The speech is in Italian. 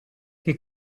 che